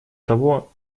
того